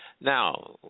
Now